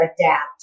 adapt